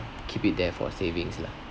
keep it there for savings lah